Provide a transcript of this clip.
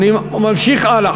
אני ממשיך הלאה.